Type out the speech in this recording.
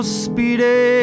speedy